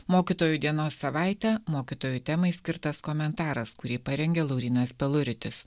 mokytojų dienos savaitę mokytojų temai skirtas komentaras kurį parengė laurynas peluritis